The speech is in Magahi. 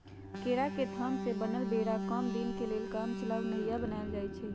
केरा के थम से बनल बेरा कम दीनके लेल कामचलाउ नइया बनाएल जाइछइ